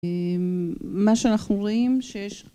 מה שאנחנו רואים שיש..